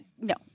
no